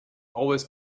always